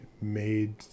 made